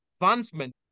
advancement